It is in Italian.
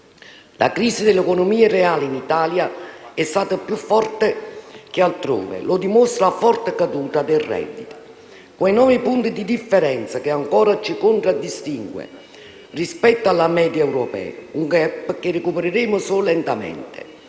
La crisi dell'economia reale in Italia è stata più forte che altrove; lo dimostra la forte caduta del reddito, quei 9 punti di differenza che ancora ci contraddistinguono rispetto alla media europea, un *gap* che recupereremo solo lentamente.